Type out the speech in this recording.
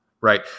right